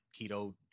keto